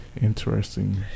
Interesting